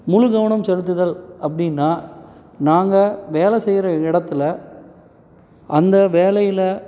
முழு கவனம் செலுத்துதல் அப்படின்னா நாங்கள் வேலை செய்கிற இடத்துல அந்த வேலையில்